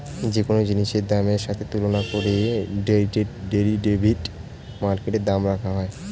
যে কোন জিনিসের দামের সাথে তুলনা করে ডেরিভেটিভ মার্কেটে দাম রাখা হয়